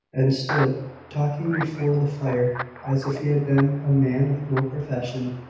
and stood talking before the fire, as if he had been a man of no profession.